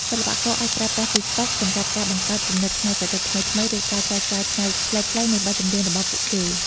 សិល្បករអាចប្រើប្រាស់តិកតុកសម្រាប់ការបង្កើតគំនិតច្នៃប្រឌិតថ្មីៗ ឬការចែកចាយផ្នែកខ្លីៗនៃបទចម្រៀងរបស់ពួកគេ។